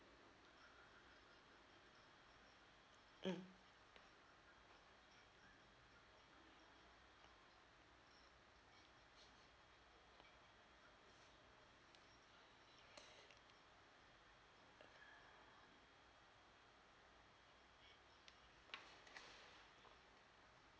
mm